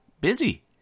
busy